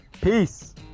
Peace